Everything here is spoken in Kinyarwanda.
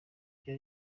ryo